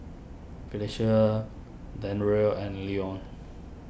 Phylicia Dandre and Leon